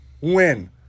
win